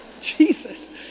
Jesus